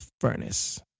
furnace